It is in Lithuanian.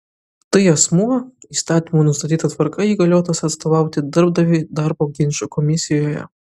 tai asmuo įstatymų nustatyta tvarka įgaliotas atstovauti darbdaviui darbo ginčų komisijoje